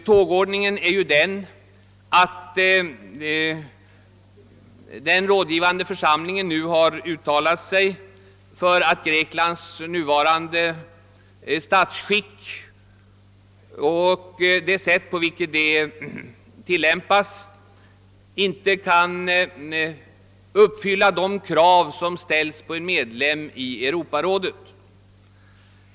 Tågordningen är ju den att den rådgivande församlingen nu har uttalat sig för att Greklands nuvarande statsskick och det sätt varpå detta tillämpas inte uppfyller de krav som ställs på en medlem av Europarådet.